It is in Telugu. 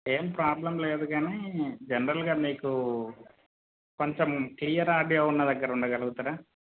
ఏం ప్రాబ్లం లేదు కానీ జనరల్గా మీకు కొంచెం క్లియర్ ఆడియో ఉన్న దగ్గర ఉండగలుగుతారా